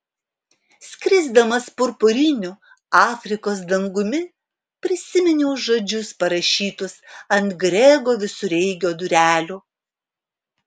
skrisdamas purpuriniu afrikos dangumi prisiminiau žodžius parašytus ant grego visureigio durelių